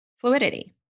fluidity